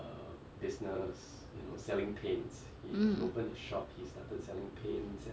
mm